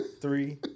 three